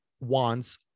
wants